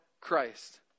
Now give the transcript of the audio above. Christ